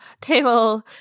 table